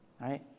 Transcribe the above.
right